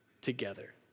together